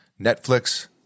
Netflix